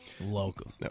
Local